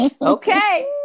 Okay